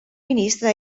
ministre